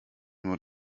nur